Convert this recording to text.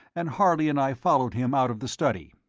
and harley and i followed him out of the study.